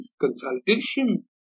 consultation